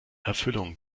erfüllung